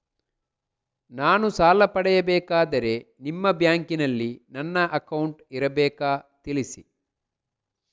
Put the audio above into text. ನಾನು ಸಾಲ ಪಡೆಯಬೇಕಾದರೆ ನಿಮ್ಮ ಬ್ಯಾಂಕಿನಲ್ಲಿ ನನ್ನ ಅಕೌಂಟ್ ಇರಬೇಕಾ ತಿಳಿಸಿ?